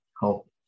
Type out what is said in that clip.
help